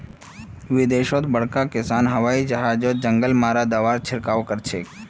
विदेशत बड़का किसान हवाई जहाजओत जंगल मारा दाबार छिड़काव करछेक